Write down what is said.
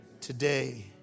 Today